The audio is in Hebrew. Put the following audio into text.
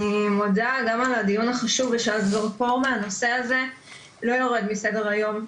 אני מודה גם על הדיון החשוב ושהזרקור מהנושא הזה לא יורד מסדר היום.